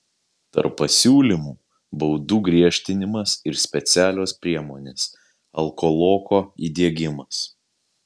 tarp pasiūlymų baudų griežtinimas ir specialios priemonės alkoloko įdiegimas